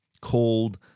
called